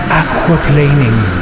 aquaplaning